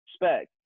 respect